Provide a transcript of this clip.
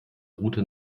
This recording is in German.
route